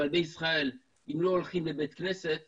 אבל בישראל אם לא הולכים לבית כנסת